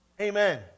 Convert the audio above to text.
Amen